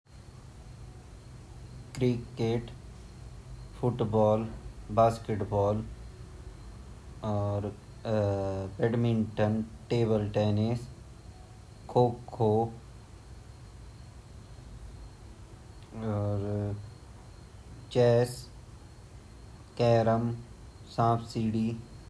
Kabaddi, cricket, bat ball, और गुल्ली-डंडा, और खो -खो, पकड़म-पकड़ाई, बास्केट-बॉल, फुटबॉल, अर बैडमिंटन, लॉन-टेनिस.